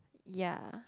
ya